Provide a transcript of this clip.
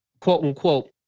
quote-unquote